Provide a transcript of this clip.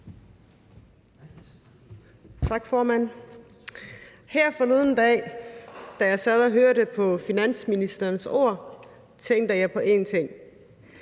Tak, formand. Her forleden dag, da jeg sad og hørte på finansministerens ord, tænkte jeg på en ting: